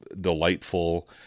delightful